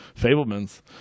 Fableman's